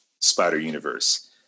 Spider-Universe